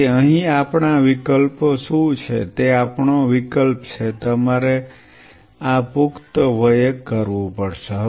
તેથી અહીં આપણા વિકલ્પો શું છે તે આપણો વિકલ્પ છે તમારે આ પુખ્ત વયે કરવું પડશે